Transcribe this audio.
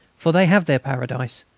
for they have their paradise,